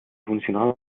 funcional